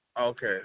Okay